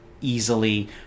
easily